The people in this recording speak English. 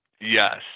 Yes